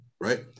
right